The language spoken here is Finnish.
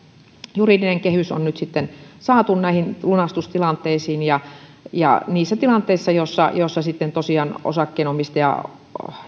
juridinen kehys on nyt sitten saatu näihin lunastustilanteisiin ja ja niissä tilanteissa joissa joissa sitten tosiaan osakkeenomistaja